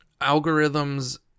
Algorithms